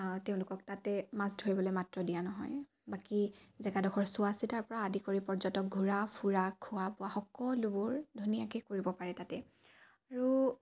তেওঁলোকক তাতে মাছ ধৰিবলৈ মাত্ৰ দিয়া নহয় বাকী জেগাডোখৰ চোৱা চিতাৰ পৰা আদি কৰি পৰ্যটক ঘূৰা ফুৰা খোৱা বোৱা সকলোবোৰ ধুনীয়াকৈ কৰিব পাৰে তাতে আৰু